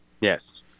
Yes